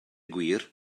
gwir